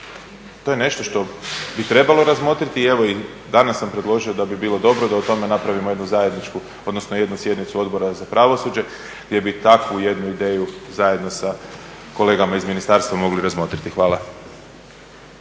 to je nešto što bi trebalo razmotriti, evo i danas sam predložio da bi bilo dobro da o tome napravimo jednu zajedničku, odnosno jednu sjednicu Odbora za pravosuđe gdje bi takvu jednu ideju zajedno sa kolegama iz ministarstva mogli razmotriti. Hvala.